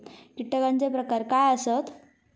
कीटकांचे प्रकार काय आसत?